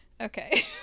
okay